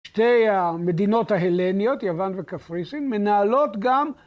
שתי המדינות ההלניות יוון וקפריסין מנהלות גם